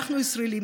אנחנו ישראלים,